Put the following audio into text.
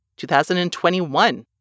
2021